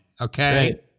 okay